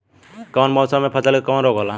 कवना मौसम मे फसल के कवन रोग होला?